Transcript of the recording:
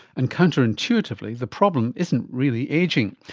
and counterintuitively the problem isn't really ageing.